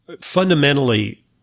fundamentally